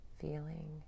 feeling